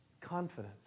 confidence